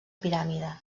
piràmide